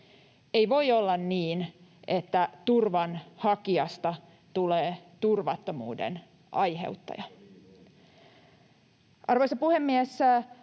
Ei voi olla niin, että turvan hakijasta tulee turvattomuuden aiheuttaja. [Jussi